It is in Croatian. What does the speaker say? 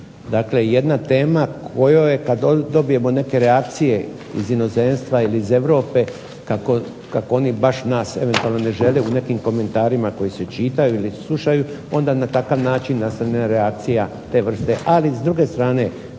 Dakle, jedna tema kojoj je kad dobijemo neke reakcije iz inozemstva ili iz Europe kako oni baš nas eventualno ne žele u nekim komentarima koji se čitaju ili slušaju onda na takav način nastane reakcija te vrste. Ali, s druge strane